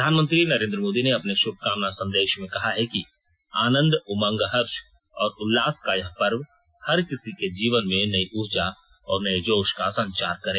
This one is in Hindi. प्रधानमंत्री नरेन्द्र मोदी ने अपने शुभकामना संदेश में कहा है कि आनंद उमंग हर्ष और उल्लास का यह पर्व हर किसी के जीवन में नई ऊर्जा और नये जोश का संचार करें